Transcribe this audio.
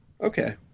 okay